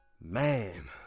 Man